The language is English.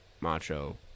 Macho